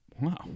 Wow